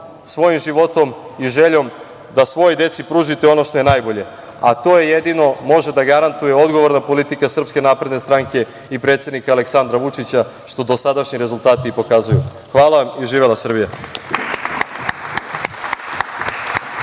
svojim životom i željom da svoj deci pružite ono što je najbolje, a to je jedino može da garantuje odgovorna politika SNS i predsednika Aleksandar Vučića što dosadašnji rezultati pokazuju. Hvala vam. Živela Srbija.